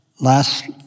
Last